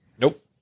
nope